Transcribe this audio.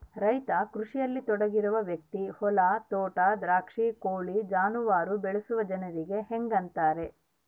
ರೈತ ಕೃಷಿಯಲ್ಲಿ ತೊಡಗಿರುವ ವ್ಯಕ್ತಿ ಹೊಲ ತೋಟ ದ್ರಾಕ್ಷಿ ಕೋಳಿ ಜಾನುವಾರು ಬೆಳೆಸುವ ಜನರಿಗೆ ಹಂಗಂತಾರ